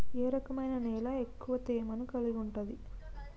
ఏ రకమైన నేల ఎక్కువ తేమను కలిగుంటది?